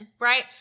right